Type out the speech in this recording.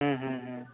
ह्म्म ह्म्म ह्म्म